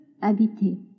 habiter